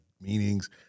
meanings